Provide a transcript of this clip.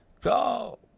Go